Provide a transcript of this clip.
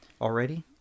already